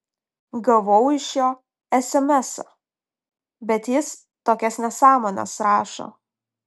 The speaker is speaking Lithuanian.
gavau iš jo esemesą bet jis tokias nesąmones rašo